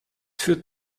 führt